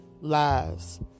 Lives